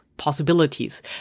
possibilities